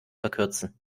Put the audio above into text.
verkürzen